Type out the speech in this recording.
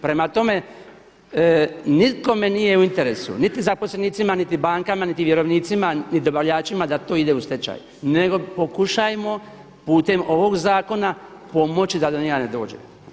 Prema tome, nikome nije u interesu niti zaposlenicima, niti bankama, niti vjerovnicima, ni dobavljačima da to ide u stečaj nego pokušajmo putem ovog zakona pomoći da do njega ne dođe.